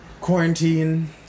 quarantine